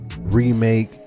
remake